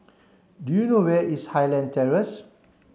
do you know where is Highland Terrace